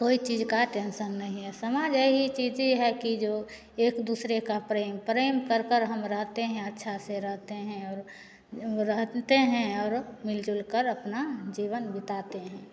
कोई चीज का टेंसन नहीं है समाज यही चीज ही है कि जो एक दूसरे का प्रेम प्रेम कर कर हम रहते हैं अच्छा से रहते हैं और रहते हैं औरो मिलजुल कर अपना जीवन बिताते हैं